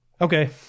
okay